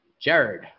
Jared